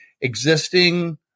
existing